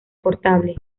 portable